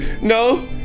no